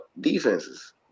defenses